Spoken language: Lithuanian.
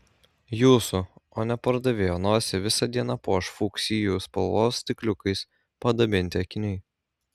jūsų o ne pardavėjo nosį visą dieną puoš fuksijų spalvos stikliukais padabinti akiniai